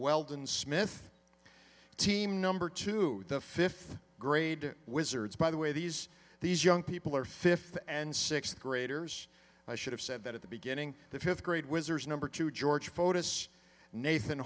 weldon smith team number two the fifth grade wizards by the way these these young people are fifth and sixth graders i should have said that at the beginning the fifth grade wizards number two george fotis nathan